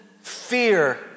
fear